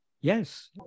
Yes